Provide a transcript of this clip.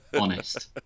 honest